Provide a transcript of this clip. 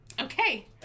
Okay